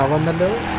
on the names